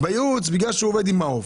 מההוצאה בגלל שהוא עובד עם מעוף.